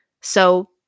So-